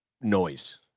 noise